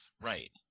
Right